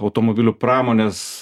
automobilių pramonės